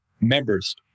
members